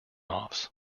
offs